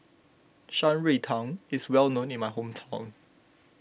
Shan Rui Tang is well known in my hometown